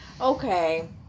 Okay